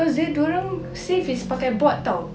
because diorang save is pakai board [tau]